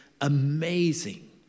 amazing